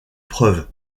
preuve